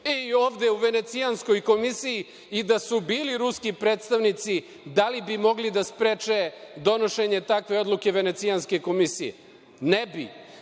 I ovde u Venecijanskoj komisiji, i da su bili ruski predstavnici, da li bi mogli da spreče donošenje takve odluke Venecijanske komisije? Ne bi. Gde